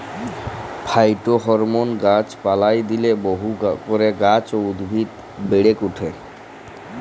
phytohormone গাছ পালায় দিইলে বহু করে গাছ এবং উদ্ভিদ বেড়েক ওঠে